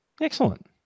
Excellent